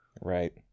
right